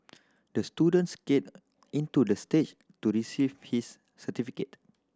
the student skated into the stage to receive his certificate